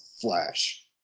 flash